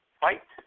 fight